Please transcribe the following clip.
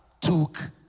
took